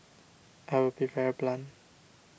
I will be very blunt